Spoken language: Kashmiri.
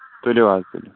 تُلِو حظ تُلِو